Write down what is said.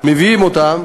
מביאים אותם